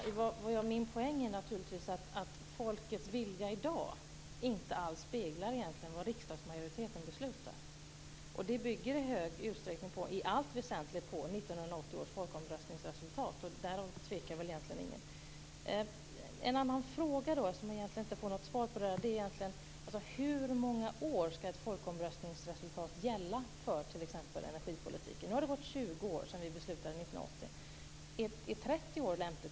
Fru talman! Min poäng är naturligtvis att folkets vilja i dag egentligen inte alls speglar vad riksdagsmajoriteten beslutade. Och det bygger i allt väsentligt på 1980 års folkomröstningsresultat, och därom tvekar väl egentligen ingen. En annan fråga som jag egentligen inte får något svar på är: Hur många år ska ett folkomröstningsresultat gälla för t.ex. energipolitiken? Nu har det gått 20 år sedan vi hade folkomröstningen 1980. Är 30 år lämpligt?